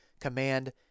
command